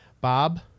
Bob